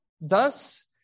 Thus